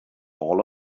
all